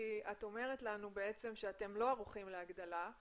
כי מצד אחד את אומרת שאתם לא ערוכים להגדלה,